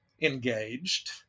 engaged